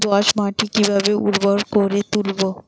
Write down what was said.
দোয়াস মাটি কিভাবে উর্বর করে তুলবো?